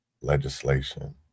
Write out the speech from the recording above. legislation